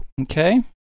Okay